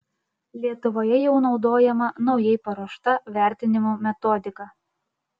lietuvoje jau naudojama naujai paruošta vertinimo metodika